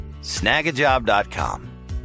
Snagajob.com